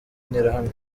interahamwe